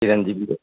चिरन्जीवी रहू